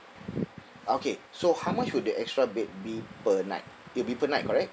okay so how much would the extra bed be per night it'll be per night correct